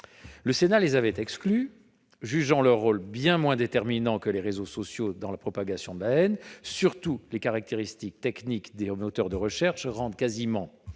Le Sénat les avait exclus, jugeant leur rôle bien moins déterminant que celui des réseaux sociaux dans la propagation de la haine. Surtout, les caractéristiques techniques des moteurs de recherche rendent quasiment